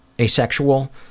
asexual